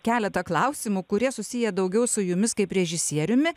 keletą klausimų kurie susiję daugiau su jumis kaip režisieriumi